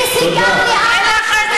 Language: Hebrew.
היא סיימה את